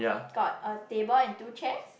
got a table and two chairs